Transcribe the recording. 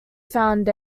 found